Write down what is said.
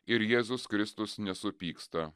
ir jėzus kristus nesupyksta